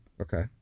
Okay